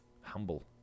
humble